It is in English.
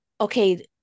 okay